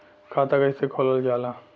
खाता कैसे खोलल जाला?